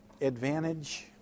advantage